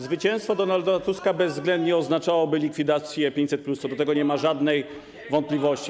Zwycięstwo Donalda Tuska bezwzględnie oznaczałoby likwidację 500+, co do tego nie ma żadnej wątpliwości.